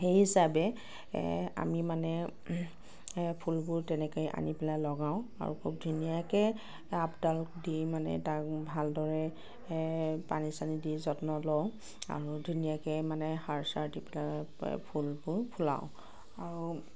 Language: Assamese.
সেই হিচাবে এ আমি মানে ফুলবোৰ তেনেকৈ আনি পেলাই লগাওঁ আৰু খুব ধুনীয়াকৈ আপডাল দি মানে তাক ভালদৰে এ পানী চানি দি যত্ন লওঁ আৰু ধুনীয়াকৈ মানে সাৰ চাৰ দি পেলাই ফুলবোৰ ফুলাওঁ